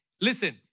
Listen